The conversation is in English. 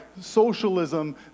socialism